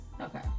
Okay